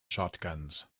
shotguns